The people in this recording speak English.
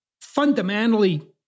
fundamentally